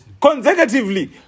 Consecutively